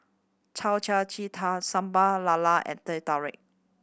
Yao Cai ji tang Sambal Lala and Teh Tarik